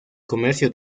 comercio